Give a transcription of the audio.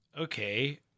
Okay